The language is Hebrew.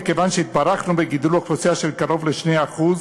מכיוון שהתברכנו בגידול אוכלוסייה של קרוב ל-2% לשנה,